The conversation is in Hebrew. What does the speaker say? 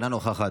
אינה נוכחת,